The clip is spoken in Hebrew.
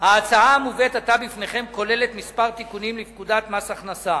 ההצעה המובאת עתה בפניכם כוללת כמה תיקונים לפקודת מס הכנסה,